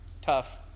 tough